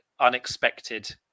unexpected